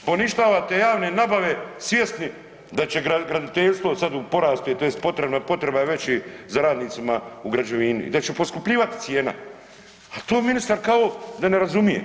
Poništavate javne nabave svjesni da će graditeljstvo sad u porastu, tj. potrebna, potreban je veći za radnicima u građevini i da će poskupljivat cijena, a to ministar kao da ne razumije.